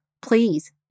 please